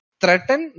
threaten